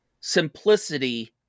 simplicity